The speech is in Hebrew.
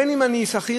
בין אם אני שכיר,